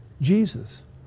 Jesus